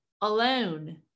alone